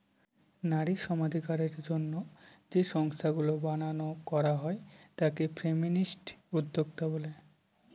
নারী সমানাধিকারের জন্য যে সংস্থাগুলা বানানো করা হয় তাকে ফেমিনিস্ট উদ্যোক্তা বলে